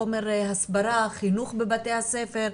חומר הסברה, חינוך בבתי הספר,